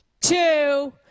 two